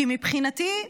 כי מבחינתי,